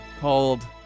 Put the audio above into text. Called